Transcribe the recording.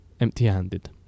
empty-handed